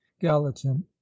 gallatin